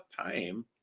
time